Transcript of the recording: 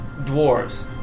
dwarves